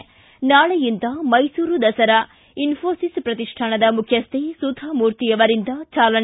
ನಾಳೆಯಿಂದ ಮೈಸೂರು ದಸರಾ ಇನ್ನೋಸಿಸ್ ಪ್ರತಿಷ್ಠಾನದ ಮುಖ್ಯಸ್ಥೆ ಸುಧಾ ಮೂರ್ತಿ ಅವರಿಂದ ಚಾಲನೆ